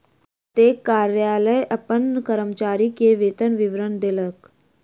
प्रत्येक कार्यालय अपन कर्मचारी के वेतन विवरण देलक